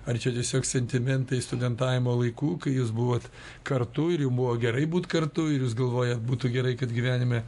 ar čia tiesiog sentimentai studentavimo laikų kai jūs buvot kartu ir į buvo gerai būt kartu ir jūs galvoja būtų gerai kad gyvenime